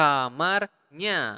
Kamarnya